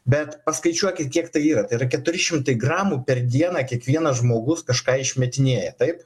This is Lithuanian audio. bet paskaičiuokit kiek tai yra tai yra keturi šimtai gramų per dieną kiekvienas žmogus kažką išmetinėja taip